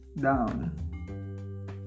down